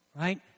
Right